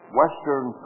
western